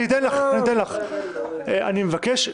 אני מבקש.